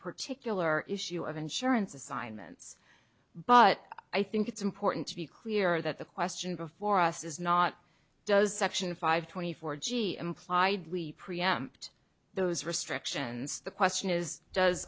particular issue of insurance assignments but i think it's important to be clear that the question before us is not does section five twenty four g impliedly preempt those restrictions the question is does